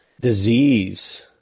disease